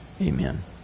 Amen